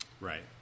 Right